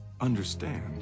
understand